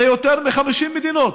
זה יותר מ-50 מדינות.